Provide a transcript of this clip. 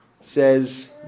says